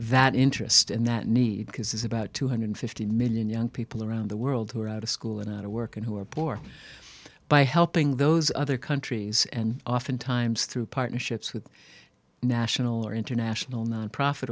that interest in that need because there's about two hundred and fifty million young people around the world who are out of school and out of work and who are poor by helping those other countries and oftentimes through partnerships with national or international nonprofit